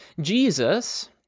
Jesus